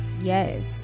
Yes